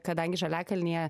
kadangi žaliakalnyje